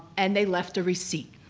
and they left a receipt.